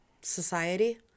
society